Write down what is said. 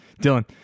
dylan